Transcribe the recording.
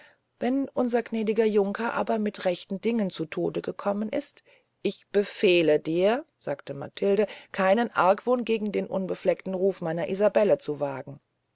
wenn unser gnädiger junker aber mit rechten dingen zu tode gekommen ist ich befehle dir sagte matilde keinen argwohn gegen den unbefleckten ruf meiner isabelle zu wagen